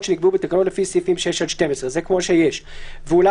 שנקבעו בתקנות לפי סעיפים 6 עד 12 זה כמו שיש - ואולם